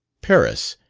paris,